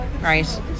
Right